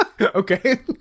Okay